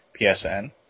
PSN